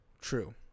True